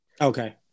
Okay